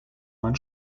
man